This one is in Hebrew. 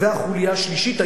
והחוליה השלישית,